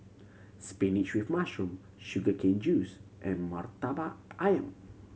spinach with mushroom sugar cane juice and Murtabak Ayam